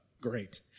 great